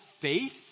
faith